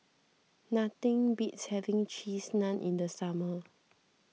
nothing beats having Cheese Naan in the summer